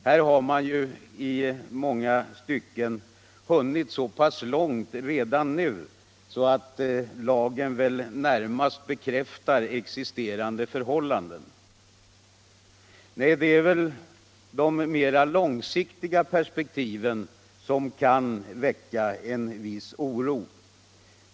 Här har man ju i många fall hunnit så pass långt redan nu att lagen väl närmast bekräftar existerande förhållanden. Nej, det är de mera långsiktiga perspektiven som kan väcka en viss oro.